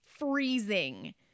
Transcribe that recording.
Freezing